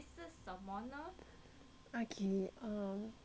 okay T_V series ah